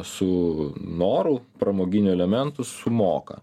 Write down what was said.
su noru pramoginių elementų sumoka